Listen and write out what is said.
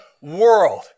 world